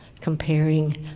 comparing